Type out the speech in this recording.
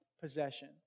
possession